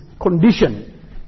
condition